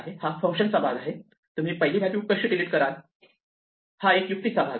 हा फंक्शनचा भाग आहे तुम्ही पहिली व्हॅल्यू कशी डिलीट कराल हा एक युक्ती चा भाग आहे